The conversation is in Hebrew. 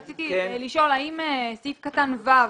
רציתי לשאול האם סעיף קטן (ו)